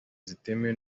zitemewe